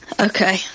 Okay